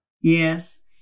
Yes